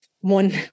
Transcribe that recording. one